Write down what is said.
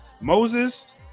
Moses